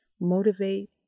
motivate